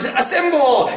assemble